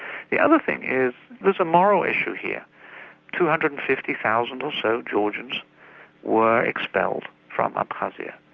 the other thing is there's a moral issue here two hundred and fifty thousand or so georgians were expelled from abkhazia.